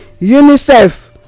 unicef